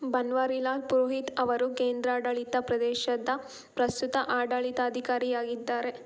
ಬನ್ವಾರಿಲಾಲ್ ಪುರೋಹಿತ್ ಅವರು ಕೇಂದ್ರಾಡಳಿತ ಪ್ರದೇಶದ ಪ್ರಸ್ತುತ ಆಡಳಿತಾಧಿಕಾರಿಯಾಗಿದ್ದಾರೆ